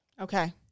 Okay